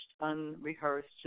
unrehearsed